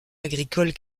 agricole